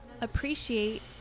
appreciate